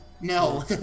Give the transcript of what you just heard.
No